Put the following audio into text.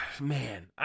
man